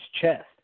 chest